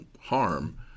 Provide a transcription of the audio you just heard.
harm